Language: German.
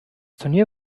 turnier